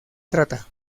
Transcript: trata